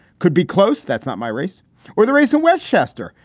could be close. that's not my race or the race in westchester.